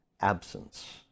absence